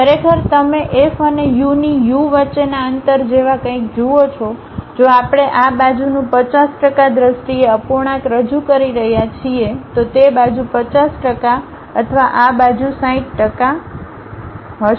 ખરેખર તમે એફ અને યુ ની યુ વચ્ચેના અંતર જેવા કંઈક જુઓ જો આપણે આ બાજુ નુ 50ટકા દ્રષ્ટિએ અપૂર્ણાંક રજૂ કરી રહ્યા છીએ તો તે બાજુ 50ટકા અથવા આ બા જુ60૦ ટકા તે બાજુ હશે